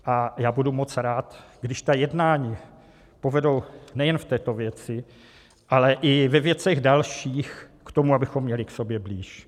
A budu moc rád, když jednání povedou nejen v této věci, ale i ve věcech dalších k tomu, abychom měli k sobě blíž.